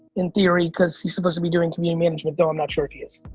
in theory, cause he's supposed to be doing community management, but i'm not sure if he is.